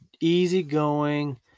easygoing